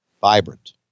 Vibrant